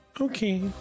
Okay